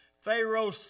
Pharaoh